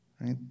right